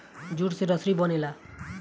jute से रसरी बनेला